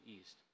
East